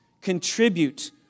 contribute